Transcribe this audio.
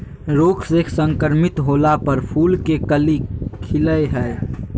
रोग से संक्रमित होला पर फूल के कली खिलई हई